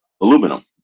aluminum